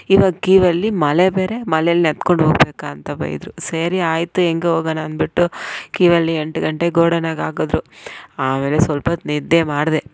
ಇವಾಗ ಕ್ಯೂ ಅಲ್ಲಿ ಮಳೆ ಬೇರೆ ಮಲೆಯಲ್ಲಿ ನೆನ್ದ್ಕೊಂಡೋಗ್ಬೇಕಾ ಅಂತ ಬೈದರು ಸರಿ ಆಯಿತು ಹೆಂಗೋ ಹೋಗೋಣ ಅಂದ್ಬಿಟ್ಟು ಕ್ಯೂ ಅಲ್ಲಿ ಎಂಟು ಗಂಟೆಗೆ ಗೋಡನ್ನಾಗಾಕಿದ್ರು ಆಮೇಲೆ ಸ್ವಲ್ಪೊತ್ತು ನಿದ್ದೆ ಮಾಡಿದೆ